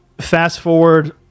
fast-forward